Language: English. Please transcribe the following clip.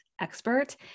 expert